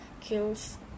kills